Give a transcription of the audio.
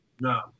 No